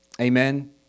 Amen